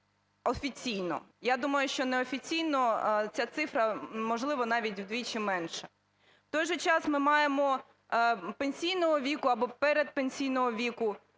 офіційно. Я думаю, що неофіційно ця цифра можливо навіть вдвічі менша. В той же час ми маємо пенсійного віку або передпенсійного віку